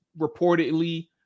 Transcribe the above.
reportedly